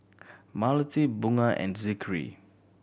Melati Bunga and Zikri